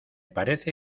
parece